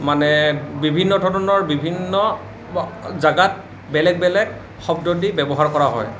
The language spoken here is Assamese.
মানে বিভিন্ন ধৰণৰ বিভিন্ন জেগাত বেলেগ বেলেগ শব্দ দি ব্য়ৱহাৰ কৰা হয়